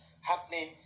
happening